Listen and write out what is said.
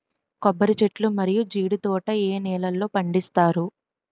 కొబ్బరి చెట్లు మరియు జీడీ తోట ఏ నేలల్లో పండిస్తారు?